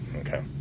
okay